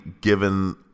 given